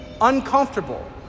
uncomfortable